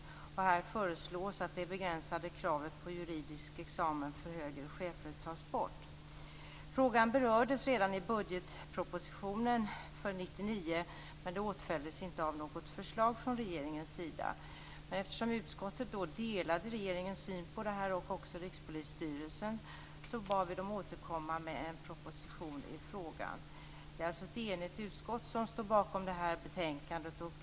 Här föreslås att det begränsade kravet på juridisk examen för högre chefer tas bort. Frågan berördes redan i budgetpropositionen för 1999. Men det åtföljdes inte av något förslag från regeringens sida. Eftersom utskottet då delade regeringens syn, liksom även Rikspolisstyrelsen, bad vi regeringen återkomma med en proposition i frågan. Det är alltså ett enigt utskott som står bakom det här betänkandet.